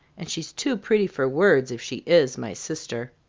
and she's too pretty for words, if she is my sister.